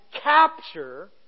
capture